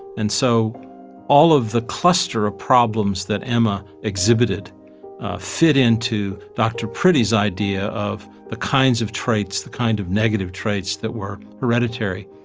and so all of the cluster of problems that emma exhibited fit into dr. priddy's idea of the kinds of traits the kind of negative traits that were hereditary.